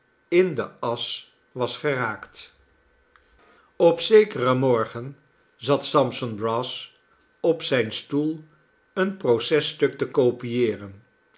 in de asch was geraakt op zekeren morgen zat sampson brass op zijn stoel een processtuk te kopieeren